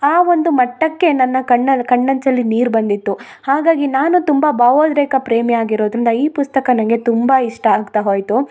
ಆ ಒಂದು ಮಟ್ಟಕ್ಕೆ ನನ್ನ ಕಣ್ಣಲ್ಲಿ ಕಣ್ಣಂಚಲ್ಲಿ ನೀರು ಬಂದಿತ್ತು ಹಾಗಾಗಿ ನಾನು ತುಂಬಾ ಪ್ರೇಮಿ ಆಗಿರೋದರಿಂದ ಈ ಪುಸ್ತಕ ನನಗೆ ತುಂಬಾ ಇಷ್ಟ ಆಗ್ತಾ ಹೋಯಿತು